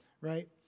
right